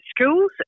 schools